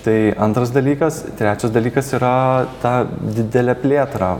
tai antras dalykas trečias dalykas yra ta didelė plėtra